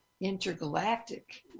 intergalactic